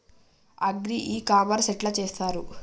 Agri e commerce ఎట్ల చేస్తరు?